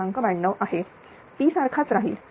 92 आहे P तारखाच राहील 455